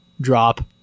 drop